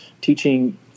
teaching